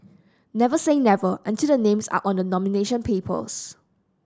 never say never until the names are on the nomination papers